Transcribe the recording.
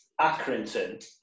Accrington